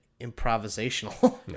improvisational